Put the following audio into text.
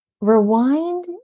rewind